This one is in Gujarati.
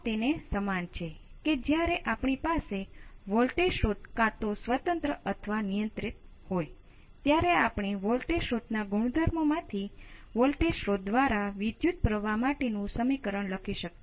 તો તે કિસ્સામાં વિદ્યુત પ્રવાહ શું છે